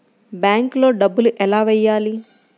బ్యాంక్లో డబ్బులు ఎలా వెయ్యాలి?